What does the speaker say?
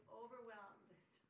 overwhelmed